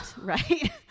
right